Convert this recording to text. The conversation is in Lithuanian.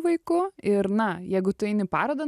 vaiku ir na jeigu tu eini parodą